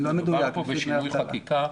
מדובר בשינוי חקיקה,